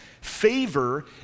Favor